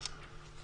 תעשו מאמץ.